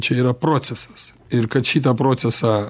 čia yra procesas ir kad šitą procesą